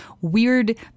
weird